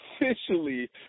officially